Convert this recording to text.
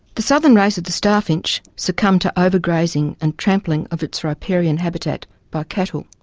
the southern race of the star finch succumbed to overgrazing and trampling of its riparian habitat by cattle.